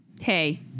hey